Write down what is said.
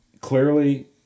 clearly